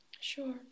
Sure